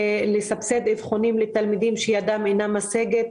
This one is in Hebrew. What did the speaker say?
נסבסד אבחונים לתלמידים שידם אינה משגת.